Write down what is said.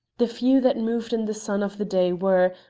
the few that moved in the sun of the day were,